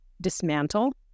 dismantle